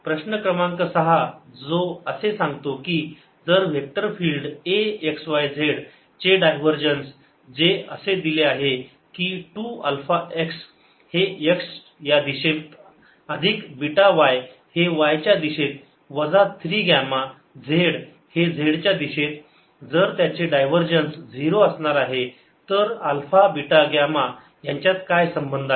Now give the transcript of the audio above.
06xyy2zxz प्रश्न क्रमांक सहा जो असे सांगतो की जर vector field A x y z चे डायव्हर्जन्स जे असे दिले आहे की 2 अल्फा x हे x या दिशेत अधिक बीटा y हे y या दिशेत वजा 3 ग्यामा z हे z या दिशेत जर त्याचे डायव्हर्जन्स 0 असणार आहे तर अल्फा बीटा आणि ग्यामा यांच्यात काय संबंध आहे